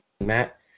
matt